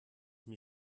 mir